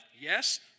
Yes